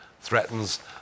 threatens